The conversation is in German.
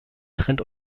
trennt